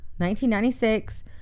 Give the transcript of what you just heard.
1996